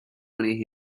many